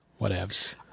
Whatevs